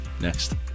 next